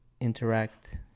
interact